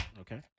Okay